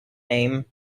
name